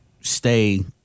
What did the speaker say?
stay